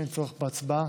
אין צורך בהצבעה.